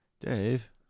Dave